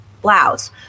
blouse